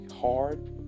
hard